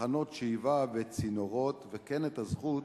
תחנות שאיבה וצינורות, וכן את הזכות,